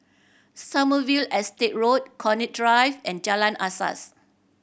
Sommerville Estate Road Connaught Drive and Jalan Asas